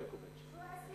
ברקוביץ.